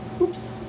Oops